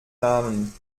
namen